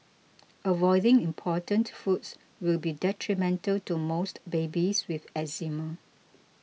avoiding important foods will be detrimental to most babies with eczema